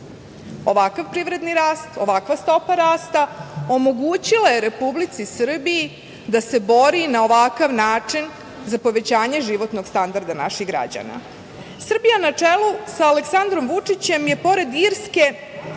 Ovakav privredni rast, ovakva stopa rasta omogućila je Republici Srbiji da se bori na ovakav način za povećanje životnog standarda naših građana. Srbija na čelu sa Aleksandrom Vučićem je pored Irske